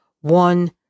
one